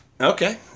Okay